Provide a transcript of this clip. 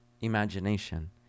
imagination